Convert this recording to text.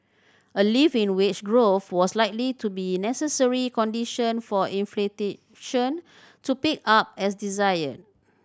a lift in wage growth was likely to be a necessary condition for to pick up as desired